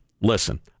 listen